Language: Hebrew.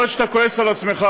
יכול להיות שאתה כועס על עצמך.